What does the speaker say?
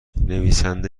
نویسنده